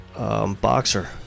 Boxer